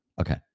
Okay